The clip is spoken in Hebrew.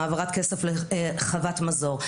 העברת כסף לחוות מזור,